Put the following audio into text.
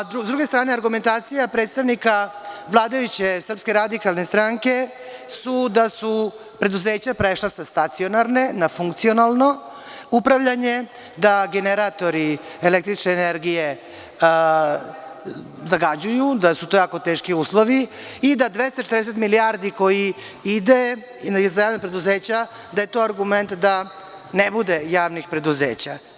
S druge strane, argumentacija predstavnike vladajuće Srpske radikalne stranke su, da su preduzeća prešla sa stacionarne, na funkcionalno upravljanje, da generatori električne energije zagađuju, da su to jako teški uslovi i da 240 milijardi koja idu za javna preduzeća, da je to argument da ne bude javnih preduzeća.